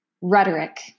rhetoric